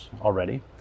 already